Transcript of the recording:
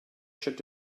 should